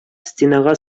стенага